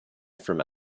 from